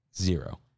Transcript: zero